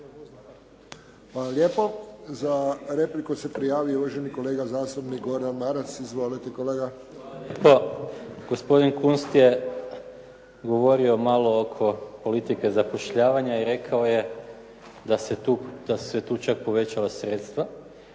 lijepo. Za repliku se prijavio uvaženi kolega zastupnik Goran Maras. Izvolite kolega. **Maras, Gordan (SDP)** Gospodin Kunst je govorio malo oko politike zapošljavanja i rekao je da su se tu čak povećala sredstva,